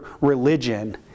religion